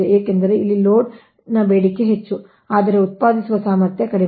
ಏಕೆಂದರೆ ಇಲ್ಲಿ ಲೋಡ್ ಬೇಡಿಕೆ ಹೆಚ್ಚು ಆದರೆ ಉತ್ಪಾದಿಸುವ ಸಾಮರ್ಥ್ಯ ಕಡಿಮೆ